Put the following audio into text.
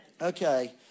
Okay